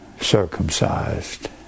circumcised